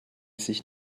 sich